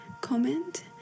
comment